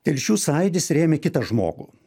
telšių sąjūdis rėmė kitą žmogų